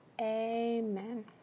Amen